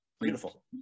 Beautiful